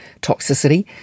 toxicity